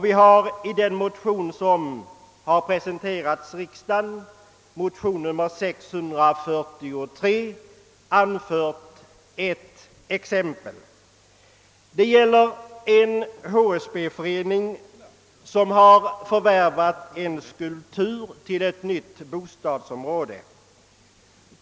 Vi har i den motion som har presenterats riksdagen, II: 643, anfört ett exempel på detta. Det gäller en HSB-förening som har förvärvat en skulptur till ett nytt bostadsområde.